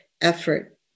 effort